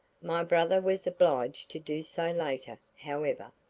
my brother was obliged to do so later, however.